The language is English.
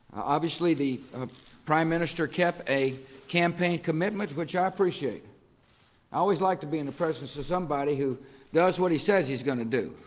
obviously the prime minister kept a campaign commitment which i appreciate. i always like to be in the presence of somebody who does what he says he's going to do.